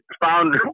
found